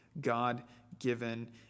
God-given